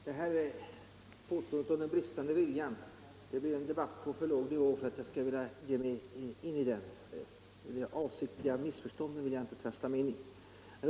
Herr talman! Att påstå att det beror på bristande vilja är en debatt på för låg nivå för att jag skulle vilja ge mig in i den. Några avsiktliga missförstånd vill jag inte trassla mig in i.